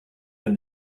and